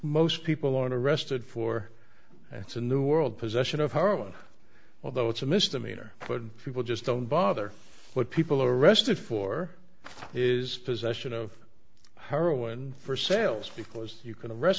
most people aren't arrested for it's a new world possession of heroin although it's a misdemeanor put in people just don't bother what people are arrested for is possession of heroin for sales because you can arrest